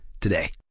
today